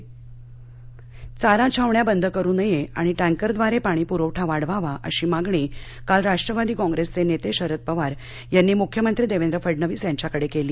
शरदपवार चारा छावण्या बंद करू नयेत आणि टॅंकरद्वारे पाणी पुरवठा वाढवावा अशी मागणी काल राष्ट्रवादी कॉंग्रेसचे नेते शरद पवार यांनी मुख्यमंत्री देवेंद्र फडणविस यांच्याकडे केली